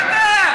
קטן.